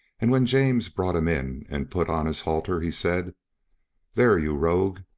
and when james brought him in and put on his halter, he said there, you rogue,